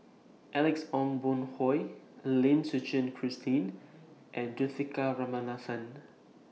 Alex Ong Boon Hau Lim Suchen Christine and Juthika Ramanathan